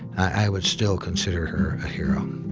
i would still consider her a hero.